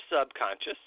subconscious